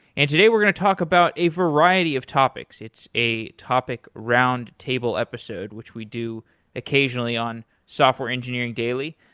and today we're going to talk about a variety of topics. it's a topic roundtable episode which we do occasionally on software engineering daily.